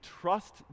trust